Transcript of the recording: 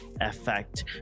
effect